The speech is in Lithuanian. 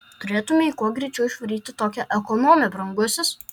turėtumei kuo greičiau išvaryti tokią ekonomę brangusis